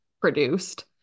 produced